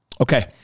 okay